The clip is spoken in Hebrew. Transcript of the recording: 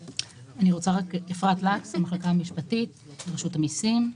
אפרת לקס, המחלקה המשפטית ברשות המיסים,